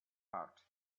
heart